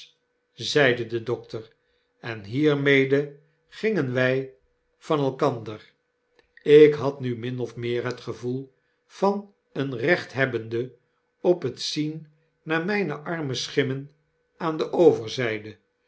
zeide de dokter en hiermede gingen wy van elkander ik had nu min of meer het gevoel van een rechthebbende op het zien naar igne arme schimmen aan de overzijde